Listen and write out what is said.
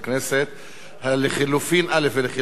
לחלופין א' ולחלופין ב' ירדו,